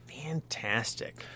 fantastic